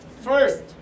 First